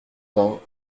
vingt